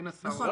אין הסעות.